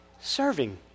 serving